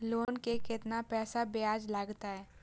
Loan के केतना पैसा ब्याज लागते?